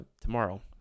tomorrow